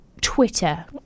Twitter